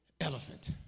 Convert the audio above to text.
elephant